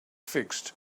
fixed